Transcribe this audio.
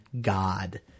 god